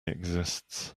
exists